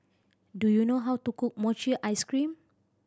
do you know how to cook mochi ice cream